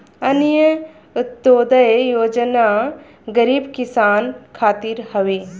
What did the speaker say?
अन्त्योदय योजना गरीब किसान खातिर हवे